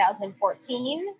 2014